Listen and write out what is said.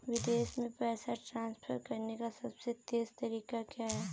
विदेश में पैसा ट्रांसफर करने का सबसे तेज़ तरीका क्या है?